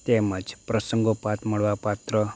તેમજ પ્રસંગોપાત મળવાપાત્ર